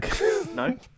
No